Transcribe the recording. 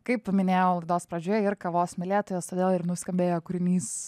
kaip minėjau laidos pradžioje ir kavos mylėtojas todėl ir nuskambėjo kūrinys